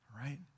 right